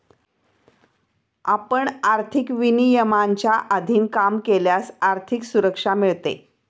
आपण आर्थिक विनियमांच्या अधीन काम केल्यास आर्थिक सुरक्षा मिळते